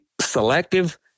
selective